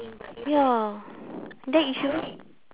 ya then if you